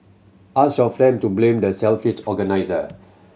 ask your friend to blame the selfish organiser